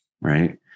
right